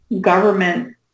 government